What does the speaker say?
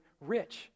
rich